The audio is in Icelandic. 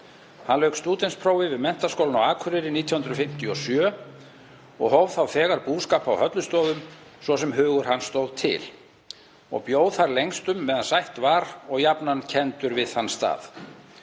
Hann lauk stúdentsprófi við Menntaskólann á Akureyri 1957 og hóf þá þegar búskap á Höllustöðum, svo sem hugur hans stóð til, og bjó þar lengstum meðan sætt var og var jafnan kenndur við þann stað.